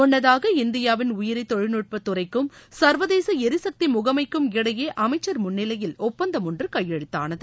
முன்னதாக இந்தியாவிள் உயிரி தொழிற்நட்ப துறைக்கும் சர்வதேச எரிசக்தி முகமைக்கும் இடையே அமைச்சர் முன்னிலையில் ஒப்பந்தம் ஒன்று கையெழுத்தானது